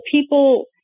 people